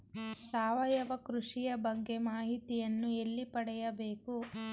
ಸಾವಯವ ಕೃಷಿಯ ಬಗ್ಗೆ ಮಾಹಿತಿಯನ್ನು ಎಲ್ಲಿ ಪಡೆಯಬೇಕು?